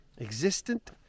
existent